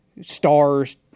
stars